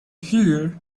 here